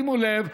שימו לב,